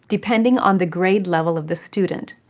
depending on the grade level of the student.